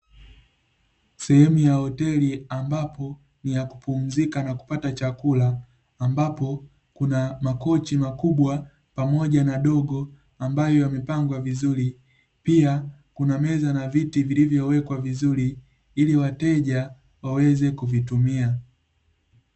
Sehemu ya hoteli, ambapo ni ya kupumzika na kupata chakula, ambapo kuna makochi makubwa pamoja na dogo ambayo yamepangwa vizuri. Pia kuna meza na viti vilivyowekwa vizuri, ili wateja waweze kuvitumia.